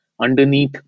underneath